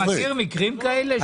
אתה מכיר מקרים כאלה?